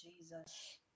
Jesus